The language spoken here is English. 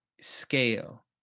scale